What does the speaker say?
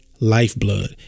Lifeblood